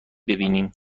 ببینیم